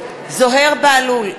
זוהיר בהלול,